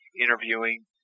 interviewing